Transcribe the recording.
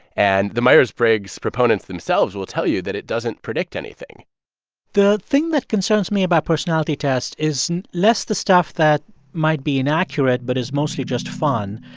and the myers-briggs proponents themselves will tell you that it doesn't predict anything the thing that concerns me about personality tests is less the stuff that might be inaccurate but is mostly just fun,